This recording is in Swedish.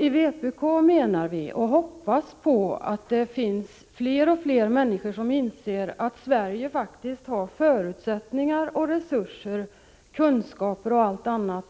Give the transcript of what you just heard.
I vpk menar vi, och hoppas, att fler och fler människor inser att Sverige faktiskt har förutsättningar och resurser, kunskaper och allt annat